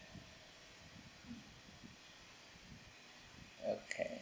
okay